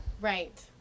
Right